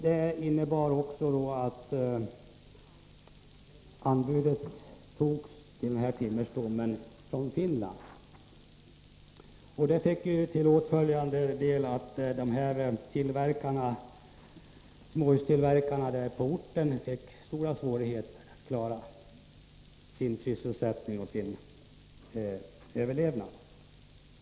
Det innebar att man fick acceptera ett anbud från Finland på denna timmerstomme. Detta hade till följd att småhustillverkarna på orten fick stora svårigheter att klara sin sysselsättning och överlevnad.